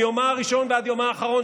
מיומה הראשון ועד יומה האחרון,